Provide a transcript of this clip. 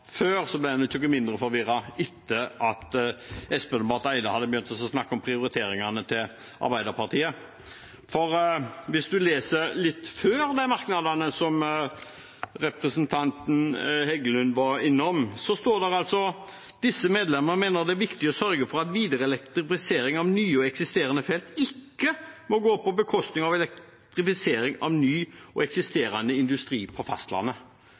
ble man nok ikke noe mindre forvirret etter at Espen Barth Eide hadde begynt å snakke om prioriteringene til Arbeiderpartiet. For hvis man leser det som står litt før de merknadene som representanten Heggelund var innom, så står det altså: «Disse medlemmer mener det er viktig å sørge for at videre elektrifisering av nye og eksisterende felt ikke må gå på bekostning av elektrifisering av ny og eksisterende industri på fastlandet.»